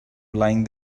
lying